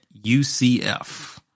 UCF